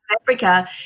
Africa